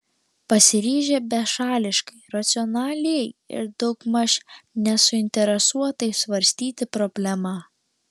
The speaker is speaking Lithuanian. pasiryžę bešališkai racionaliai ir daugmaž nesuinteresuotai svarstyti problemą